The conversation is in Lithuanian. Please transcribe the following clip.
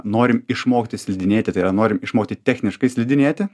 norim išmokti slidinėti tai yra norim išmokti techniškai slidinėti